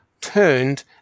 turned